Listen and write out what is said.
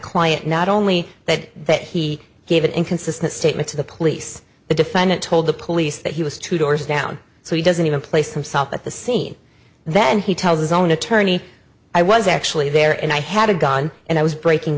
client not only that he gave an inconsistent statement to the police the defendant told the police that he was two doors down so he doesn't even place himself at the scene then he tells his own attorney i was actually there and i had a gun and i was breaking